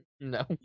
no